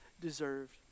deserved